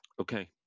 Okay